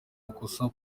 makosa